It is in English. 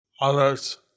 others